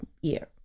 year